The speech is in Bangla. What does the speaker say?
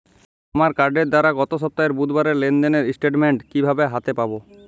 আমার কার্ডের দ্বারা গত সপ্তাহের বুধবারের লেনদেনের স্টেটমেন্ট কীভাবে হাতে পাব?